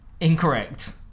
Incorrect